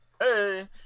Hey